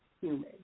human